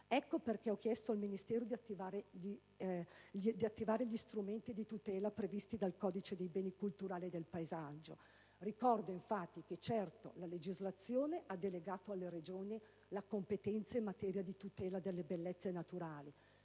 Ecco perché ho chiesto al Ministero di attivare gli strumenti di tutela previsti dal codice dei beni culturali e del paesaggio. Ricordo infatti che, certo, la legislazione ha delegato alle Regioni la competenza in materia di tutela delle bellezze naturali,